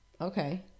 Okay